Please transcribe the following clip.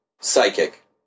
Psychic